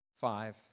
five